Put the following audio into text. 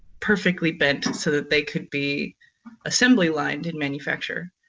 perfectly bent so that they could be assembly lined in manufacture.